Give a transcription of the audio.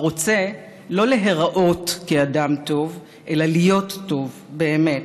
הרוצה לא להיראות כאדם טוב אלא להיות טוב באמת.